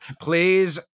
Please